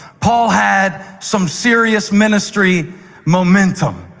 paul had some serious ministry momentum.